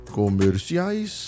comerciais